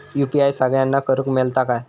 UPI सगळ्यांना करुक मेलता काय?